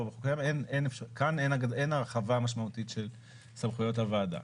כאן אין הרחבה משמעותית של סמכויות הוועדה.